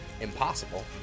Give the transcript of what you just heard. impossible